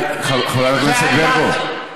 אף אחד לא מדבר על, די, חברת הכנסת ברקו.